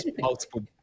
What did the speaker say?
multiple